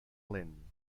lent